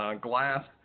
glass